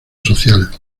social